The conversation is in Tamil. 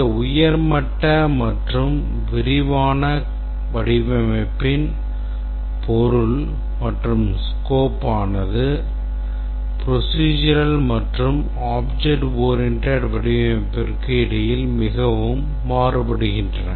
இந்த உயர் மட்ட மற்றும் விரிவான வடிவமைப்பின் பொருள் மற்றும் scope ஆனது procedural மற்றும் object oriented வடிவமைப்பிற்கு இடையில் மிகவும் வேறுபடுகின்றன